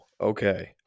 Okay